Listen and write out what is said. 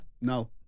No